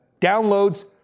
Downloads